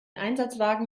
einsatzwagen